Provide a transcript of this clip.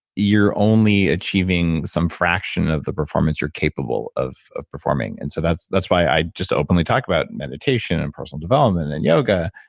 you're only achieving some fraction of the performance you're capable of of performing. and so that's that's why i just openly talk about meditation and personal development, and yoga,